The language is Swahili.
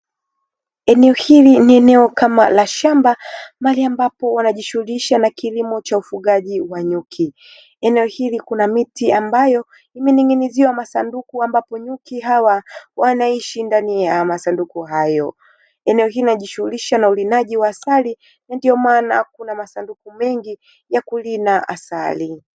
Eneo hili ni eneo kama la shamba mahali ambapo wanajishughulisha na kilimo cha ufugaji wa nyuki, eneo hili kuna miti ambayo imening'iniziwa masanduku ambapo nyuki hawa wanaishi ndani ya masanduku hayo, eneo hili najishughulisha na ulinaji wa asali na ndio maana kuna masanduku mengi ya kulinda asali.